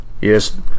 Yes